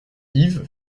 yves